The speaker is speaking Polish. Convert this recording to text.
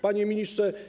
Panie Ministrze!